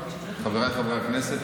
חבריי חברי הכנסת,